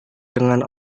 dengan